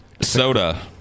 soda